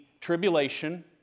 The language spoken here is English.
tribulation